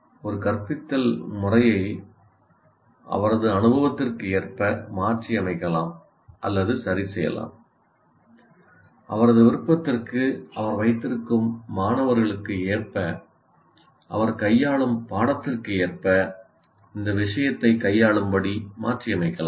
ஒரு கற்பித்தல் முறையை அவரது அனுபவத்திற்கு ஏற்ப மாற்றியமைக்கலாம் அல்லது சரிசெய்யலாம் அவரது விருப்பத்திற்கு அவர் வைத்திருக்கும் மாணவர்களுக்கு ஏற்ப அவர் கையாளும் பாடத்திற்கு ஏற்ப இந்த விஷயத்தை கையாளும்படி மாற்றியமைக்கலாம்